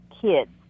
kids